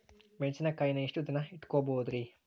ಮೆಣಸಿನಕಾಯಿನಾ ಎಷ್ಟ ದಿನ ಇಟ್ಕೋಬೊದ್ರೇ?